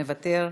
מוותר,